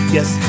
Yes